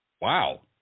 wow